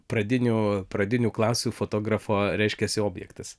pradinių pradinių klasių fotografo reiškiasi objektas